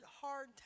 hard